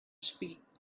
speak